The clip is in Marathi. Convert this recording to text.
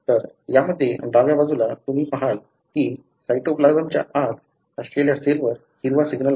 तर यामध्ये डाव्या बाजूला तुम्ही पहाल की साइटोप्लाझमच्या आत असलेल्या सेलवर हिरवा सिग्नल आहे